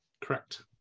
Correct